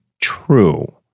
true